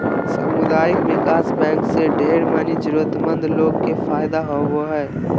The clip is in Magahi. सामुदायिक विकास बैंक से ढेर मनी जरूरतमन्द लोग के फायदा होवो हय